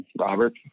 Robert